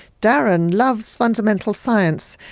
darren loves fundamental science,